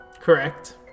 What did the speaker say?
Correct